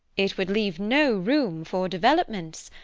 it would leave no room for developments,